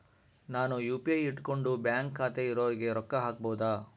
ನಾನು ಯು.ಪಿ.ಐ ಇಟ್ಕೊಂಡು ಬ್ಯಾಂಕ್ ಖಾತೆ ಇರೊರಿಗೆ ರೊಕ್ಕ ಹಾಕಬಹುದಾ?